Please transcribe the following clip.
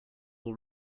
all